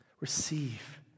Receive